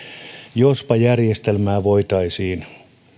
jospa järjestelmää voitaisiin